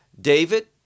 david